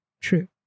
true